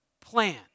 plan